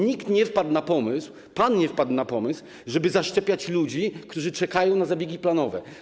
Nikt nie wpadł na pomysł, pan nie wpadł na pomysł, żeby zaszczepić ludzi, którzy czekają na zabiegi planowe.